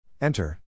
Enter